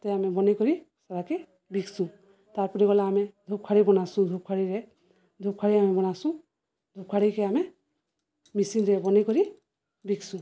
ତ ଆମେ ବନେଇକରି ସେଟାକେ ବିକ୍ସୁଁ ତାର୍ପରେ ଗଲା ଆମେ ଧୂପ୍ଖାଡ଼ିି ବନାସୁଁ ଧୂପ୍ଖାଡ଼ିିରେ ଧୂପ୍ଖାଡ଼ି ଆମେ ବନାସୁଁ ଧୂପଖାଡ଼ିକେ ଆମେ ମିସିନ୍ରେ ବନେଇକରି ବିକ୍ସୁଁ